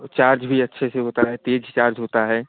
ओ charge भी अच्छे से होता है तेज़ चार्ज होता है